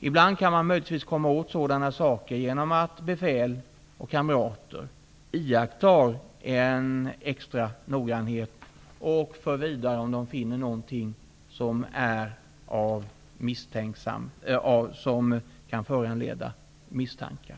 Ibland kan man möjligtvis komma åt sådant genom att befäl och kamrater iakttar en extra noggrannhet och för vidare det som kan föranleda misstankar.